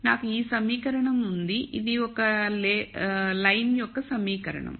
నాకు ఈ సమీకరణం ఉంది ఇది ఒక రేఖ యొక్క సమీకరణం